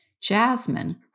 Jasmine